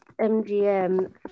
MGM